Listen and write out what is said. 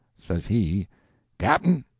says he cap'n,